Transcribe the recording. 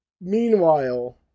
Meanwhile